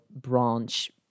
branch